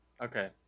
okay